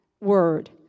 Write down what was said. word